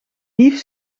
lief